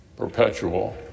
perpetual